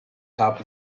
top